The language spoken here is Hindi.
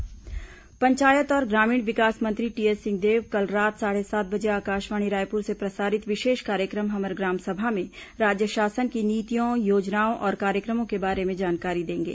हमर ग्राम सभा पंचायत और ग्रामीण विकास मंत्री टीएस सिंहदेव कल रात साढ़े सात बजे आकाशवाणी रायपुर से प्रसारित विशेष कार्यक्रम हमर ग्राम सभा में राज्य शासन की नीतियों योजनाओं और कार्यक्रमों के बारे में जानकारी देंगे